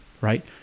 right